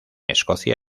escocia